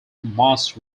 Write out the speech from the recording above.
mass